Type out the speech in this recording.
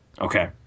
okay